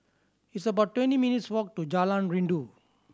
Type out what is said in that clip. it's about twenty minutes' walk to Jalan Rindu